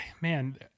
Man